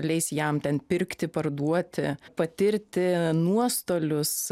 leis jam ten pirkti parduoti patirti nuostolius